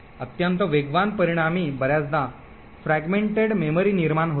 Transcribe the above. अत्यंत वेगवान परिणामी बर्याचदा फ्रॅगमेंटेड मेमरी निर्माण होते